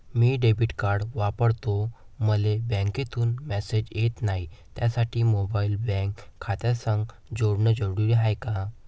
मी debit card वापरतो मले बँकेतून मॅसेज येत नाही, त्यासाठी मोबाईल बँक खात्यासंग जोडनं जरुरी हाय का?